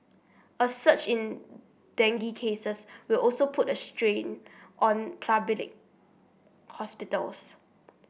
a surge in dengue cases will also put a strain on public hospitals